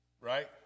Right